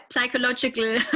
psychological